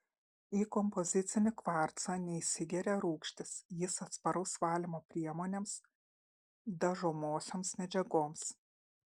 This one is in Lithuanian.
į kompozicinį kvarcą neįsigeria rūgštys jis atsparus valymo priemonėms dažomosioms medžiagoms